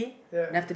ya